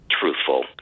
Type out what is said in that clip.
truthful